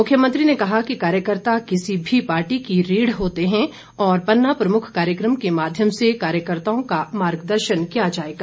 मुख्यमंत्री ने कहा कि कार्यकर्ता किसी भी पार्टी की रीढ़ होते है और पन्ना प्रमुख कार्यक्रम के माध्यम से कार्यकर्ताओं का मार्गदर्शन किया जाएगा